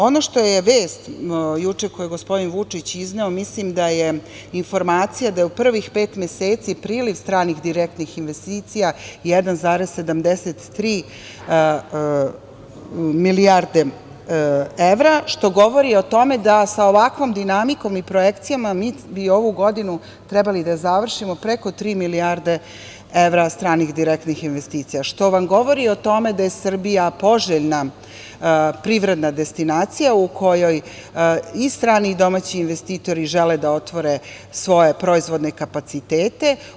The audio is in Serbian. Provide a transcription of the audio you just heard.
Ono što je vest, juče koju je gospodin Vučić izneo, mislim da je informacija da je u prvih pet meseci priliv stranih direktnih investicija 1,73 milijarde evra, što govori o tome da sa ovakvom dinamikom i projekcijama mi bi ovu godinu trebali da završimo preko tri milijarde evra stranih direktnih investicija, što vam govori o tome da je Srbija poželjna privredna destinacija u kojoj i strani i domaći investitori žele da otvore svoje proizvodne kapacitete.